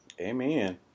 Amen